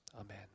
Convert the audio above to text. amen